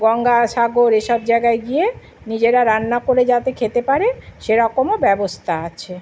গঙ্গাসাগর এসব জায়গায় গিয়ে নিজেরা রান্না করে যাতে খেতে পারে সেরকমও ব্যবস্থা আছে